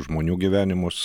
žmonių gyvenimus